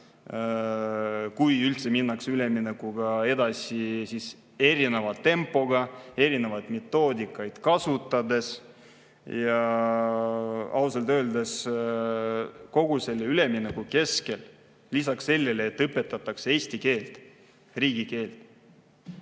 kui üldse minnakse üleminekuga edasi – erineva tempoga ja erinevat metoodikat kasutades. Ausalt öeldes, kogu selle ülemineku keskel peab lisaks sellele, et õpetatakse eesti keelt, riigikeelt,